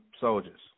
soldiers